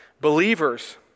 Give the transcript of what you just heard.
Believers